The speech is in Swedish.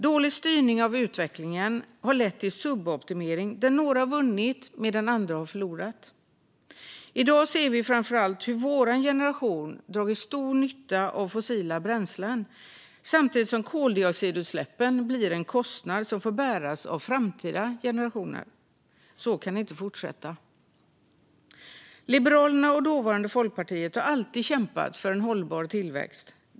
Dålig styrning av utvecklingen har lett till suboptimering, där några har vunnit medan andra har förlorat. I dag ser vi framför allt hur vår generation har dragit stor nytta av fossila bränslen samtidigt som koldioxidutsläppen blir en kostnad som får bäras av framtida generationer. Så kan det inte fortsätta. Liberalerna, och dåvarande Folkpartiet, har alltid kämpat för en hållbar tillväxt.